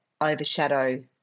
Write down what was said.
overshadow